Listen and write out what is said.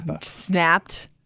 snapped